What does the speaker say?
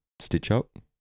stitch-up